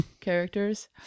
characters